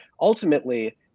ultimately